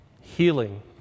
healing